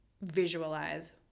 visualize